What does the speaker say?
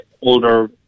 older